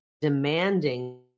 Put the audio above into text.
demanding